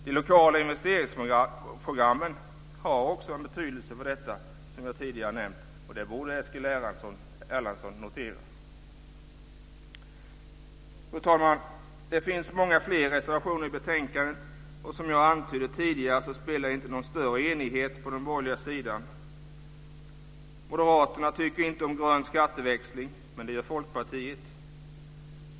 De lokala investeringsprogrammen har också en betydelse för detta, som jag tidigare har nämnt. Det borde Eskil Erlandsson notera. Fru talman! Det finns många fler reservationer i betänkandet, och som jag antydde tidigare avspeglar de ingen större enighet på den borgerliga sidan. Moderaterna tycker inte om grön skatteväxling, men det gör Folkpartiet.